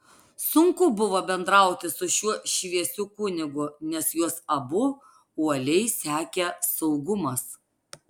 sunku buvo bendrauti su šiuo šviesiu kunigu nes juos abu uoliai sekė saugumas